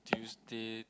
Tuesday